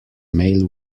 male